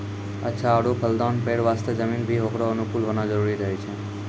अच्छा आरो फलदाल पेड़ वास्तॅ जमीन भी होकरो अनुकूल होना जरूरी रहै छै